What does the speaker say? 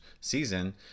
season